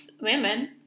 women